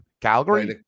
Calgary